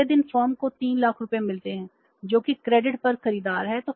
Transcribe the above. अगले दिन फर्म को 3 लाख रुपये मिलते हैं जो कि क्रेडिट पर खरीदार है